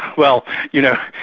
well, you know,